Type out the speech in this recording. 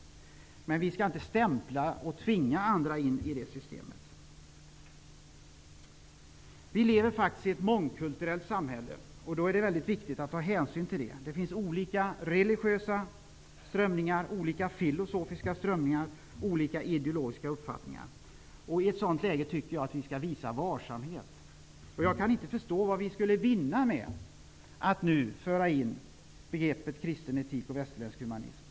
Men vi skall inte tvinga in andra i detta system. Vi lever i ett mångkulturellt samhälle, och det är mycket viktigt att ta hänsyn till det. Det finns olika religiösa strömningar, olika filosofiska strömningar och olika ideologiska uppfattningar. I ett sådant läge tycker jag att vi skall visa varsamhet. Jag kan inte förstå vad vi skulle vinna med att nu föra in begreppet kristen etik och västerländsk humanism.